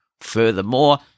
Furthermore